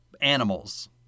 animals